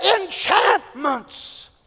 enchantments